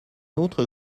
autre